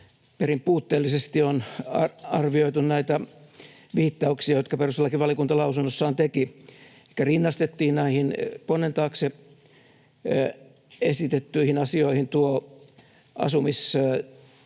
perin puutteellisesti on arvioitu näitä viittauksia, jotka perustuslakivaliokunta lausunnossaan teki. Elikkä rinnastettiin näihin ponnen taakse esitettyihin asioihin tuo asumistuen